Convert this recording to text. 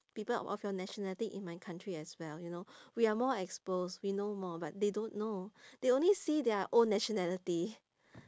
people of your nationality in my country as well you know we are more exposed we know more but they don't know they only see their own nationality